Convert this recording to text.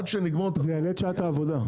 עד שנגמור את --- זה יעלה את שעת העבודה.